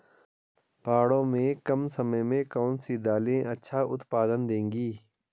पहाड़ों में कम समय में कौन सी दालें अच्छा उत्पादन देंगी?